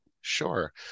Sure